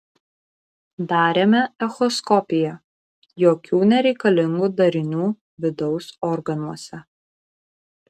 darėme echoskopiją jokių nereikalingų darinių vidaus organuose